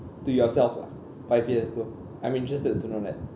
to yourself lah five years ago I'm interested to know that